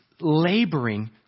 laboring